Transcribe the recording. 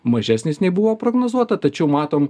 mažesnis nei buvo prognozuota tačiau matom